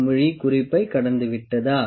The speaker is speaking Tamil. குமிழி குறிப்பை கடந்துவிட்டதா